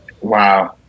Wow